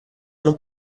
non